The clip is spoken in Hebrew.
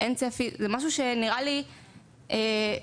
זה משהו שנראה לי בסיסי.